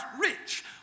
Rich